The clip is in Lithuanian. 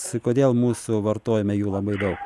kodėl mūsų vartojime jų labai daug